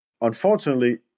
Unfortunately